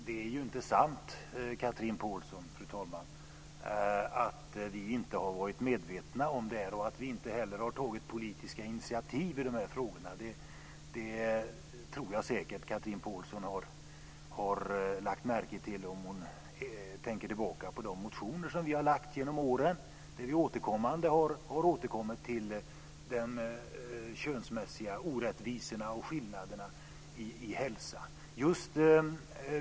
Fru talman! Det är inte sant, Chatrine Pålsson, att vi inte har varit medvetna om detta och att vi inte har tagit politiska initiativ i dessa frågor. Det tror jag säkert att Chatrine Pålsson har lagt märke till när hon har läst de motioner som vi har väckt genom åren, där vi regelbundet har återkommit till de könsbetingade orättvisorna och skillnaderna i hälsa.